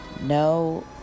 No